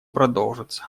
продолжатся